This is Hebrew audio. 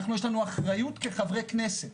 יש לנו אחריות כחברי כנסת,